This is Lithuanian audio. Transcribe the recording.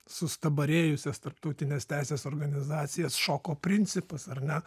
sustabarėjusias tarptautinės teisės organizacijas šoko principas ar ne